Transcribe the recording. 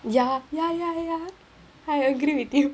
ya ya ya ya I agree with you